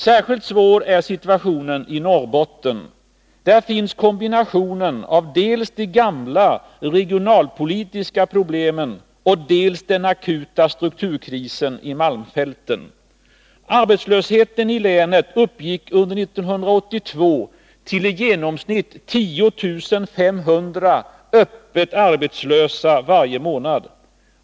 Särskilt svår är situationen i Norrbotten. Där finns kombinationen av dels de ”gamla” regionalpolitiska problemen, dels den akuta strukturkrisen i malmfälten. Arbetslösheten i länet uppgick under 1982 till i genomsnitt 10 500 öppet arbetslösa varje månad.